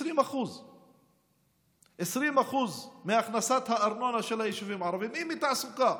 20%. 20% מהכנסת הארנונה של היישובים הערביים הם מתעסוקה,